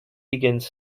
begins